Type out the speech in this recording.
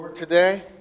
today